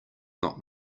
not